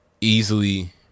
easily